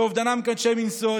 שאובדנם קשה מנשוא,